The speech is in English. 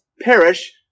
perish